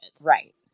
Right